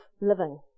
living